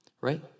right